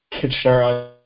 Kitchener